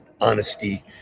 honesty